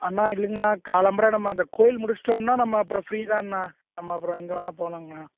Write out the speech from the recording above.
அண்ணா இல்லைங்ண்ணா காலம்பற நம்ம அந்தக் கோவில் முடிச்சுடோம்னா நம்ம அப்புறம் ஃப்ரீதாங்ண்ணா நம்ம அப்புறம் எங்கள் வேணால் போகலாங்ண்ணா